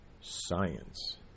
science